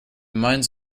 mines